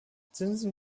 zinsen